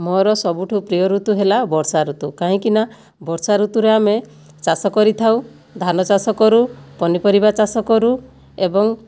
ମୋ'ର ସବୁଠୁ ପ୍ରିୟ ଋତୁ ହେଲା ବର୍ଷା ଋତୁ କାହିଁକିନା ବର୍ଷା ଋତୁରେ ଆମେ ଚାଷ କରିଥାଉ ଧାନ ଚାଷ କରୁ ପନିପରିବା ଚାଷ କରୁ ଏବଂ